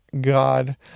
God